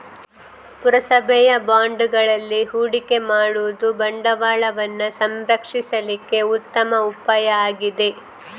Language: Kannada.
ಪುರಸಭೆಯ ಬಾಂಡುಗಳಲ್ಲಿ ಹೂಡಿಕೆ ಮಾಡುದು ಬಂಡವಾಳವನ್ನ ಸಂರಕ್ಷಿಸ್ಲಿಕ್ಕೆ ಉತ್ತಮ ಉಪಾಯ ಆಗಿದೆ